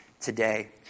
today